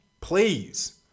please